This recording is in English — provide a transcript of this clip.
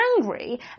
angry